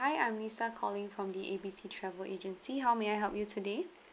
hi I'm lisa calling from the A B C travel agency how may I help you today